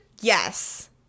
yes